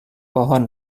pohon